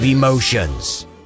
emotions